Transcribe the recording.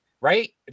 right